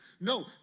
No